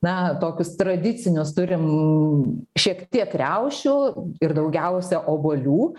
na tokius tradicinius turim šiek tiek kriaušių ir daugiausia obuolių